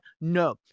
No